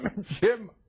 Jim